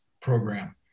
program